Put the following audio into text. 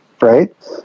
right